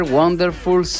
wonderful